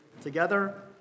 together